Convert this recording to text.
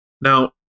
Now